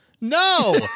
No